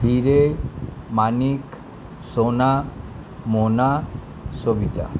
হীরে মানিক সোনা মোনা সবিতা